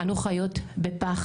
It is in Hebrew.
אנו חיות בפחד.